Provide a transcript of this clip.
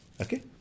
Okay